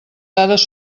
dades